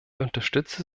unterstütze